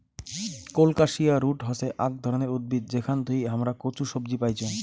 colocasia root হসে আক ধরণের উদ্ভিদ যেখান থুই হামরা কচু সবজি পাইচুং